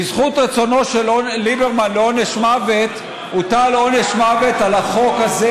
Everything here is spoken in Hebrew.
בזכות רצונו של ליברמן לעונש מוות הוטל עונש מוות על החוק הזה,